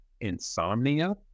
insomnia